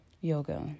yoga